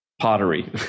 pottery